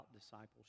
discipleship